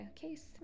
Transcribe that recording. case